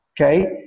Okay